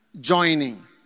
joining